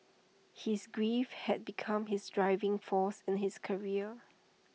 his grief had become his driving force in his career